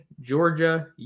Georgia